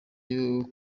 ayo